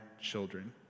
children